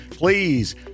Please